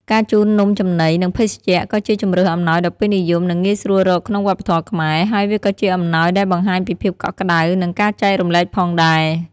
ការជូននំចំណី និងភេសជ្ជៈ ក៏ជាជម្រើសអំណោយដ៏ពេញនិយម និងងាយស្រួលរកក្នុងវប្បធម៌ខ្មែរ ហើយវាក៏ជាអំណោយដែលបង្ហាញពីភាពកក់ក្ដៅ និងការចែករំលែកផងដែរ។